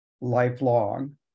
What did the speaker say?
lifelong